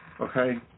okay